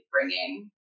bringing